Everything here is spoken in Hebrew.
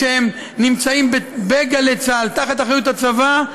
כשהם נמצאים בגלי צה"ל תחת אחריות הצבא,